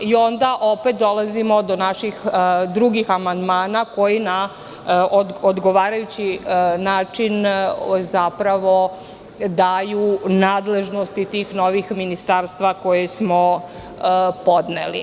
Onda opet dolazimo do naših drugih amandmana, koji na odgovarajući način zapravo daju nadležnosti tih novih ministarstava, koje smo podneli.